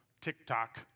TikTok